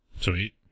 Sweet